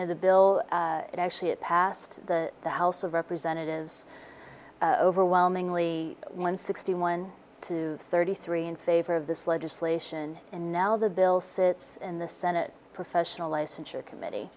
know the bill actually it passed the house of representatives overwhelmingly won sixty one to thirty three in favor of this legislation and now the bill sits in the senate professional licensure committee